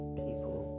people